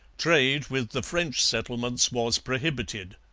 trade with the french settlements was prohibited.